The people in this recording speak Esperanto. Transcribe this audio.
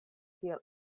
kiel